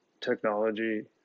technology